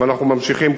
אבל אנחנו ממשיכים,